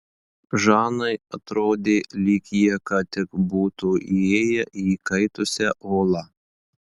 žanai atrodė lyg jie ką tik būtų įėję į įkaitusią olą